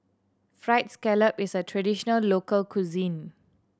Fried Scallop is a traditional local cuisine